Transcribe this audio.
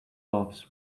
laughs